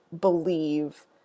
believe